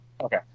Okay